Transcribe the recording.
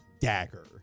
Dagger